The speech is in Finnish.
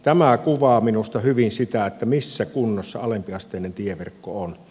tämä kuvaa minusta hyvin sitä missä kunnossa alempiasteinen tieverkko on